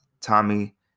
Tommy